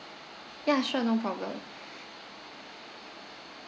ya sure no problem